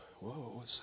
whoa